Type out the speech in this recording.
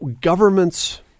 governments